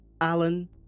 Alan